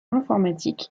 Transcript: informatique